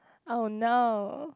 oh no